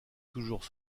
toujours